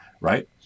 right